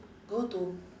go to